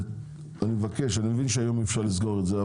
אני מבין שהיום אי אפשר לסגור את זה,